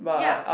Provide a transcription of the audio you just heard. ya